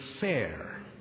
fair